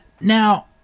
Now